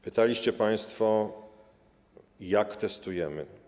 Pytaliście państwo, jak testujemy.